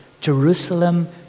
Jerusalem